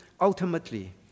ultimately